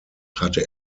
hatte